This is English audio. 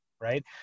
right